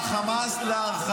לא הייתה מלחמה,